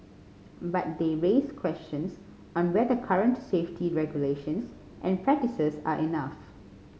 but they raise questions on whether current safety regulations and practices are enough